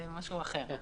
זה משהו אחר.